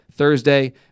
Thursday